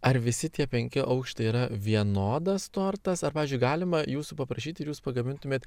ar visi tie penki aukštai yra vienodas tortas ar pavyzdžiui galima jūsų paprašyt ir jūs pagamintumėt